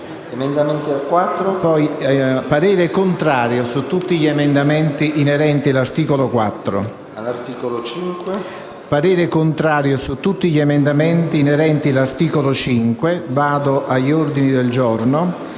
parere contrario su tutti gli emendamenti presentati agli articoli 4